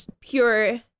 pure